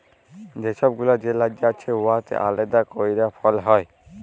ছব গুলা যে রাজ্য আছে উয়াতে আলেদা ক্যইরে ফল হ্যয়